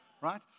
right